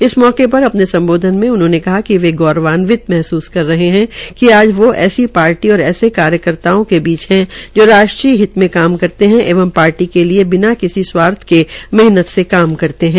इस मौके पर आने सम्बोधन में उन्होंने कहा कि वे गौरवांवित महसूस कर रहे है कि वो ऐसी पार्टी और ऐसे कार्यकर्ताओं के बीच है जो राष्ट्रीय हित में काम करते है एवं पार्टी के लिये बिना स्वार्थ के मेहनत से काम करते है